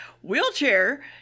Wheelchair